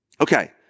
Okay